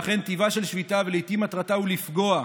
ואכן, טיבה של שביתה, ולעיתים מטרתה, לפגוע,